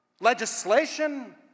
legislation